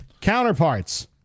counterparts